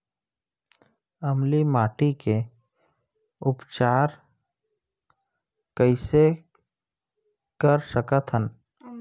अम्लीय माटी के उपचार कइसे कर सकत हन?